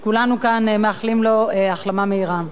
אז כולנו כאן מאחלים לו החלמה מהירה.